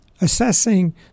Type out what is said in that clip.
assessing